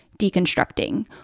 deconstructing